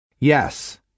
Yes